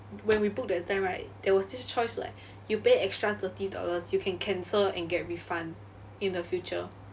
when we book that time right there was this choice like you pay extra thirty dollars you can cancel and get refund in the future